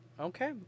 Okay